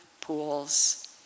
pools